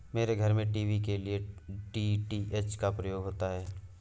मेरे घर में टीवी के लिए डी.टी.एच का प्रयोग होता है